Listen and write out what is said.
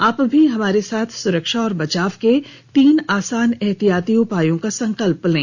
आप भी हमारे साथ सुरक्षा और बचाव के तीन आसान एहतियाती उपायों का संकल्प लें